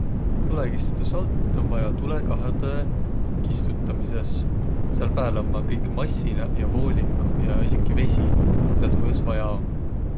Tulõkistutusautit om vaja tulõkaihodõ kistutamisõs. Sääl pääl ummaq kõik massinaq ja vooliguq ja esikiq vesi, midä tuu jaos vaja om.